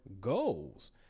goals